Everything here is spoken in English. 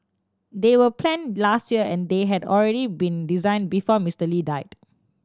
they were planned last year and they had already been designed before Mister Lee died